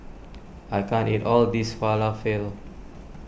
I can't eat all this Falafel